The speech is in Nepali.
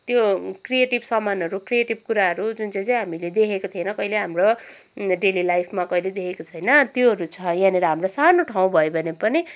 त्यो क्रिएटिभ सामानहरू क्रिएटिभ कुराहरू जुन चाहिँ चाहिँ हामीले देखेको थिएन कहिले हाम्रो डेली लाइफमा कहिल्यै देखेको छैन त्योहरू छ यहाँनिर हाम्रो सानो ठाउँ भयो भने पनि